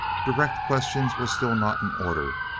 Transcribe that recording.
direct questions were still not in order,